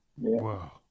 Wow